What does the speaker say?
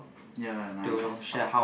ya nice